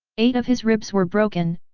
eight of his ribs were broken,